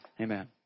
Amen